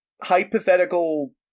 hypothetical